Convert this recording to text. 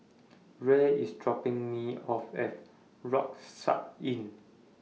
Rey IS dropping Me off At Rucksack Inn